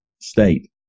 state